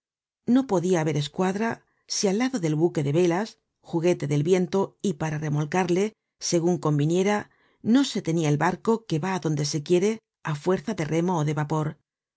no podia haber escuadra si al lado del buquo de velas juguete del vientoy y para remolcarle segun conviniera no se tenia el barco que va á donde se quiere á fuerza de remo ó de vapor las